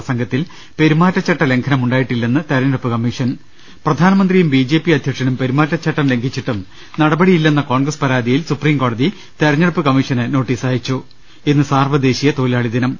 പ്രസംഗത്തിൽ പെരുമാറ്റചട്ടലംഘനമുണ്ടായിട്ടില്ലെന്ന് തെരഞ്ഞെടുപ്പ് കമ്മീഷൻ പ്രധാനമന്ത്രിയും ബി ജെ പി അധ്യക്ഷനും പെരുമാറ്റചട്ടം ലംഘിച്ചിട്ടും നടപടിയില്ലെന്ന കോൺഗ്രസ് പരാതിയിൽ സുപ്രീം കോടതി തെരഞ്ഞെ ടുപ്പ് കമ്മീഷന് നോട്ടീസ് അയച്ചു ഇന്ന് സാർവ ദേശീയ തൊഴിലാളി ദിനം